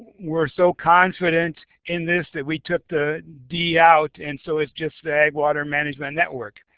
we're so confident and this that we took the d out, and so it's just the ag. water management network.